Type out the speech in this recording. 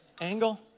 Angle